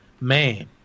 man